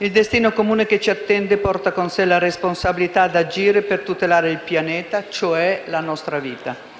Il destino comune che ci attende porta con sé la responsabilità di agire per tutelare il pianeta, cioè la nostra vita.